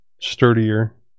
sturdier